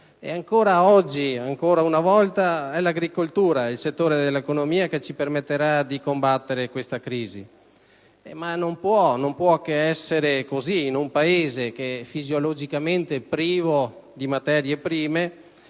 Ancora oggi, ancora una volta, è l'agricoltura il settore che ci permetterà di combattere questa crisi. E non può che essere così in un paese fisiologicamente privo di materie prime,